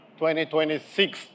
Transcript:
2026